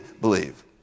believe